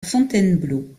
fontainebleau